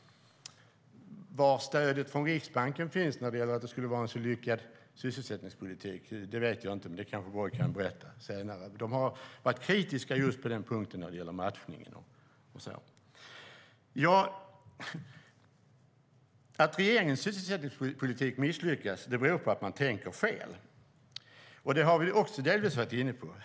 Var stödet från Riksbanken finns för att sysselsättningspolitiken skulle vara så lyckad vet jag alltså inte, men det kanske Anders Borg kan berätta senare. Riksbanken har varit kritisk just på den punkt som gäller matchning. Att regeringens sysselsättningspolitik misslyckas beror på att man tänker fel. Det har vi också delvis varit inne på.